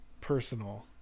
personal